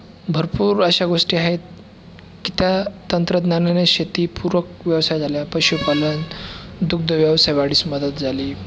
भरपूर अशा गोष्टी आहेत की त्या तंत्रज्ञानाने शेतीपूरक व्यवसाय झाला पशुपालन दुग्धव्यवसाय वाढीस मदत झाली